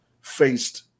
faced